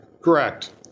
Correct